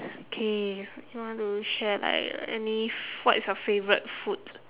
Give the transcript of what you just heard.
okay so you want to share like uh any f~ what is your favourite food